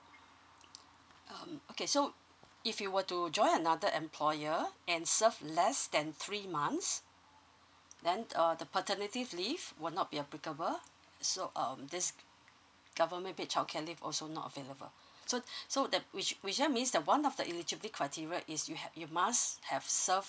um okay so if you were to join another employer and serve less than three months then uh the paternity leave will not be applicable so um this government paid childcare leave also not available so so that which which I missed one of the eligibility criteria is you have you must have serve